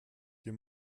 dir